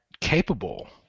capable